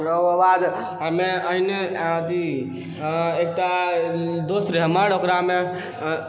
ओकर बाद हमे अहिने अथी एकटा दोस्त रहै हमर ओकरामे